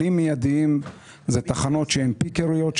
כלים מיידיים זה תחנות שהן פיקריות,